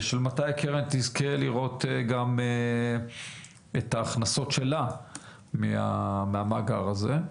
של מתי הקרן תזכה לראות גם את ההכנסות שלה מהמאגר הזה?